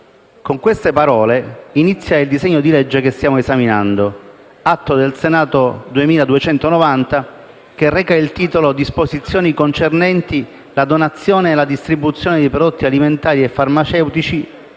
Con queste parole inizia il disegno di legge che stiamo esaminando, l'Atto Senato 2290, che reca il titolo «Disposizioni concernenti la donazione e la distribuzione di prodotti alimentari e farmaceutici